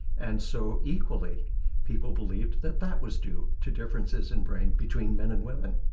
and so equally people believed that that was due to differences in brain between men and women.